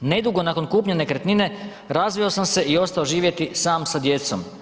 Nedugo nakon kupnje nekretnine razveo sam se i ostao živjeti sam sa djecom.